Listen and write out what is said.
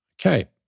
Okay